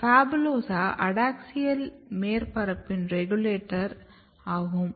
PHABULOSA adaxial மேற்பரப்பின் regulator ஆகும்